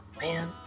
Man